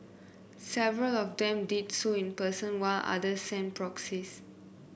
several of them did so in person while others sent proxies